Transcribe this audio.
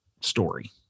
story